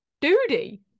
Duty